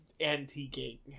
antiquing